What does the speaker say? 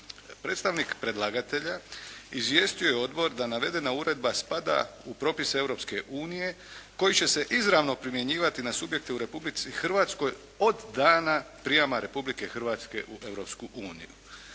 Predstavnik predlagatelja izvijestio je odbor da navedena uredba spada u propise Europske unije koji će se izravno primjenjivati na subjekte u Republici Hrvatskoj od dana prijama Republike Hrvatske u